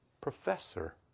professor